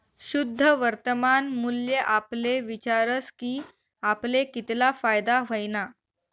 शुद्ध वर्तमान मूल्य आपले विचारस की आपले कितला फायदा व्हयना